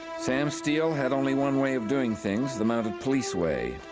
sam steele had only one way of doing things the mounted police way.